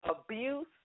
abuse